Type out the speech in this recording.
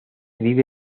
vive